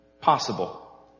possible